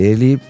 Ele